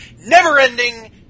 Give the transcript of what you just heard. never-ending